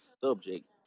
subject